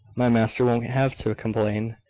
my master won't have to complain,